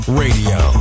radio